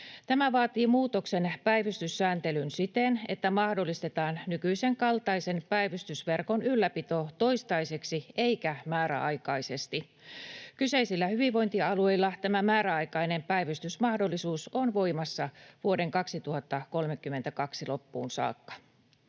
Tämä vaatii muutoksen päivystyssääntelyyn siten, että mahdollistetaan nykyisen kaltaisen päivystysverkon ylläpito toistaiseksi eikä määräaikaisesti. Kyseisillä hyvinvointialueilla tämä määräaikainen päivystysmahdollisuus on voimassa vuoden 2032 loppuun saakka.